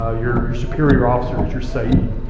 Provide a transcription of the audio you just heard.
ah your your superior officer is your sayyid.